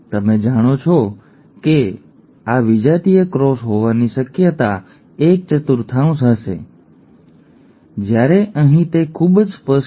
તમે જાણો છો કે આ વિજાતીય ક્રોસ હોવાની શક્યતા એક ચતુર્થાંશ હશે તેથી PP Pp pP અને pp શક્યતાઓ છે તેથી એક ચતુર્થાંશ શક્યતા છે કે તે pp હશે પરિણામે બાળક આલ્બિનો છે